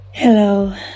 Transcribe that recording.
Hello